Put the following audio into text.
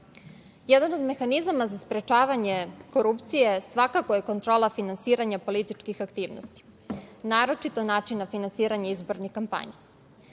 od mehanizama za sprečavanje korupcije svakako je kontrola finansiranja političkih aktivnosti, naročito načina finansiranja izbornih kampanja.